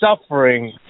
suffering